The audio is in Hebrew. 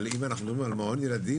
אבל אם אנחנו מדברים על מעון ילדים,